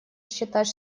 считать